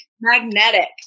Magnetic